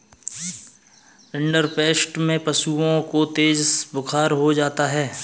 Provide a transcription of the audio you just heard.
rinderpest में पशुओं को तेज बुखार हो जाता है